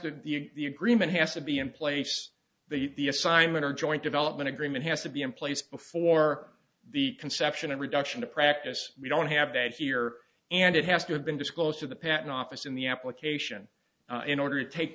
to the agreement has to be in place the assignment or joint development agreement has to be in place before the conception and reduction to practice we don't have that here and it has to have been disclosed to the patent office in the application in order to take